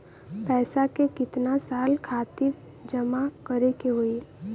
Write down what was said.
पैसा के कितना साल खातिर जमा करे के होइ?